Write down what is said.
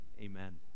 Amen